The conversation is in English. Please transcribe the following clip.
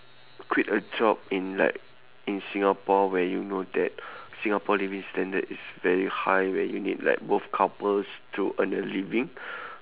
quit a job in like in singapore where you know that singapore living standard is very high where you need like both couples to earn a living